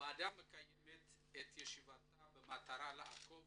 הוועדה מקיימת את ישיבתה במטרה לעקוב